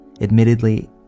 Admittedly